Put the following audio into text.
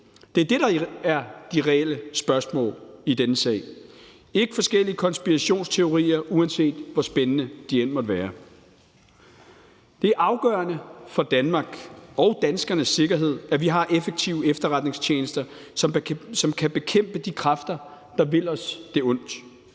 Det er det, der er de reelle spørgsmål i denne sag, ikke forskellige konspirationsteorier, uanset hvor spændende de end måtte være. Det er afgørende for Danmark og danskernes sikkerhed, at vi har effektive efterretningstjenester, som kan bekæmpe de kræfter, der vil os det ondt.